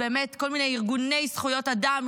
באמת כל מיני ארגוני זכויות אדם,